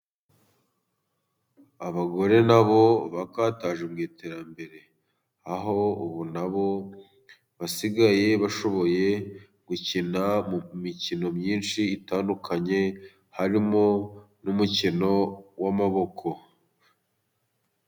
Abagore nabo bakataje mu iterambere, aho ubu nabo basigaye bashoboye gukina mu mikino myinshi itandukanye, harimo n'umukino w'amaboko.